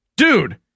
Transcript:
Dude